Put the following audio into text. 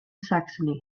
saxony